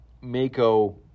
Mako